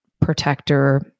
protector